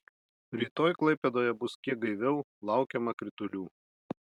rytoj klaipėdoje bus kiek gaiviau laukiama kritulių